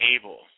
able